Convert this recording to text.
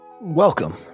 Welcome